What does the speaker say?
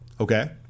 Okay